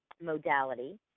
modality